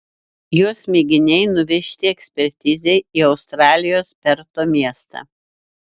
jos mėginiai nuvežti ekspertizei į australijos perto miestą